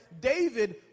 David